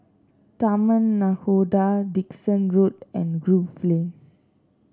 Taman Nakhoda Dickson Road and Grove Lane